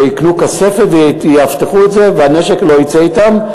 יקנו כספת ויאחסנו את זה, והנשק לא יצא אתם.